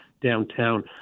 downtown